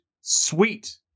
Sweet